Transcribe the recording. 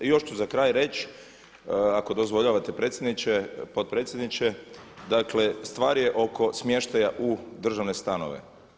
I još ću za kraj reći ako dozvoljavate predsjedniče, potpredsjedniče dakle stvar je oko smještaja u državne stanove.